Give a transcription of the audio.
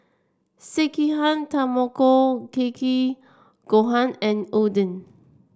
Sekihan Tamago Kake Gohan and Oden